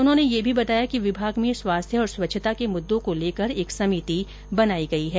उन्होंने यह भी बताया कि विभाग में स्वास्थ्य और स्वच्छता के मुद्दों को लेकर एक समिति बनाई गई है